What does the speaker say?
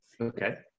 Okay